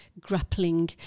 grappling